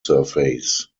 surface